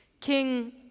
King